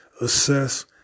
assess